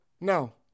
No